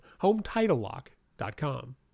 HomeTitleLock.com